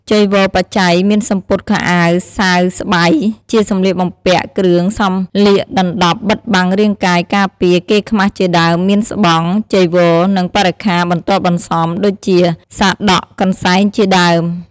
ចីវរបច្ច័យ មានសំពត់ខោអាវសាវស្បៃ ជាសម្លៀកបំពាក់ គ្រឿងសម្លៀកដណ្ដប់បិទបាំងរាងកាយ ការពារ កេរ្តិ៍ខ្មាស់ជាដើម មានស្បង់ ចីវរ និងបរិក្ខាបន្ទាប់បន្សំ ដូចជា សាដក កន្សែង ជាដើម។